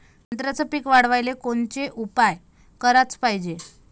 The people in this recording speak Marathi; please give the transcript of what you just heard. संत्र्याचं पीक वाढवाले कोनचे उपाव कराच पायजे?